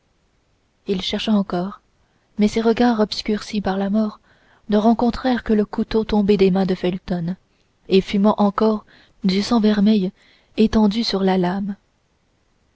il chercha encore mais ses regards obscurcis par la mort ne rencontrèrent que le couteau tombé des mains de felton et fumant encore du sang vermeil étendu sur la lame